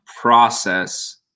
process